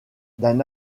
d’un